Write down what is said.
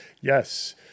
yes